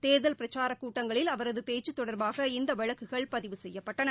தேர்தல் பிரச்சாரக் கூட்டங்களில் அவரதுபேச்சுதொடர்பாக இந்தவழக்குகள் பதிவு செய்யப்பட்டன